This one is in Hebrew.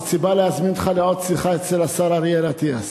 זאת סיבה להזמין אותך לעוד שיחה אצל השר אריאל אטיאס.